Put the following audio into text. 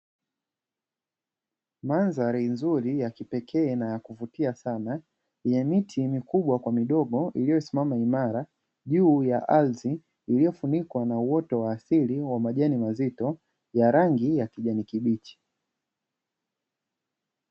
Mandhari nzuri ya kipekee na ya kuvutia sana, yenye miti mikubwa kwa midogo iliyosimama imara, juu ya ardhi iliyofunikwa na uoto wa asili wa majani mazito ya rangi ya kijani kibichi.